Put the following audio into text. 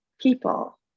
people